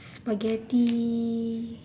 spaghetti